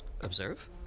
Observe